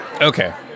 Okay